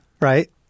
right